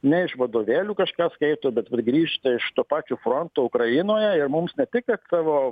ne iš vadovėlių kažką skaito bet grįžta iš to pačio fronto ukrainoje ir mums ne tik kad savo